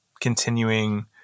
continuing